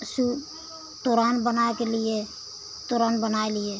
सू तोरान बनाए के लिए तोरान बनाए लिए